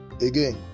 again